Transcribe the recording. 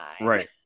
right